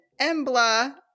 Embla